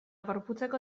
gorputzeko